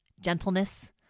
gentleness